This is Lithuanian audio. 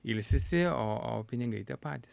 ilsisi o o pinigai tie patys